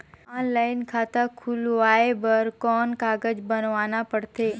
Online खाता खुलवाय बर कौन कागज बनवाना पड़थे?